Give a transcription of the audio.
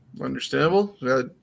Understandable